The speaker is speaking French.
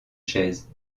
chaise